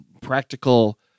practical